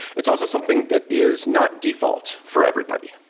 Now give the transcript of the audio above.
it's also something that is not default for everybody.